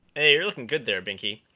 hey, you're looking good there, binky.